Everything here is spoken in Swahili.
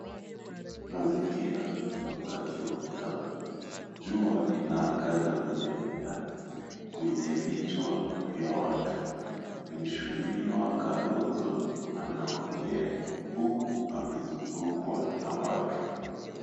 Mazingira ni wakati wa mchana. Jua inaangaza miale yake kwenye vichwa vya watu. Mheshimiwa Kalonzo anaongea huku amezungukwa na watu.